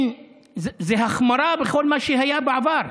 זה החמרה בכל מה שהיה בעבר.